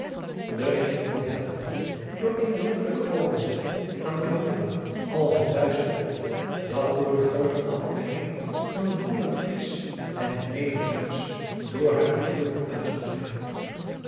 rietman helderde door eene letterlijke overzetting aan al het duistere op dat door de groote afwijking van het oeren riesch en het ederduitsch voor haar natuurlijk plaats moest hebben